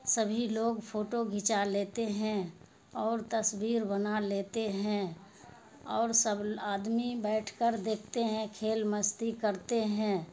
سبھی لوگ فوٹو کھنچا لیتے ہیں اور تصویر بنا لیتے ہیں اور سب آدمی بیٹھ کر دیکھتے ہیں کھیل مستی کرتے ہیں